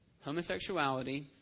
homosexuality